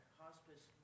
hospice